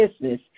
business